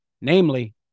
namely